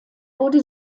wurde